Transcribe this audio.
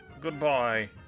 Goodbye